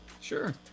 Sure